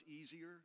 easier